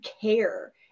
care